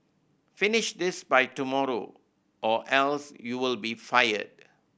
finish this by tomorrow or else you will be fired